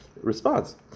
response